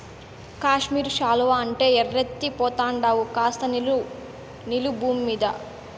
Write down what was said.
కాశ్మీరు శాలువా అంటే ఎర్రెత్తి పోతండావు కాస్త నిలు నిలు బూమ్మీద